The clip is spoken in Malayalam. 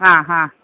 ആ ഹാ